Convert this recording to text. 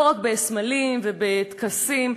לא רק בסמלים ובטקסים,